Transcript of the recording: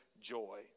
joy